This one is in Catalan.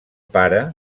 pare